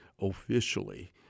officially